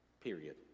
period